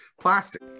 plastic